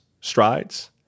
strides